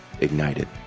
ignited